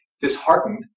disheartened